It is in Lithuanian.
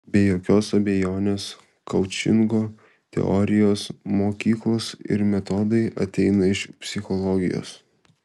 be jokios abejonės koučingo teorijos mokyklos ir metodai ateina iš psichologijos